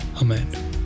Amen